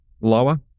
lower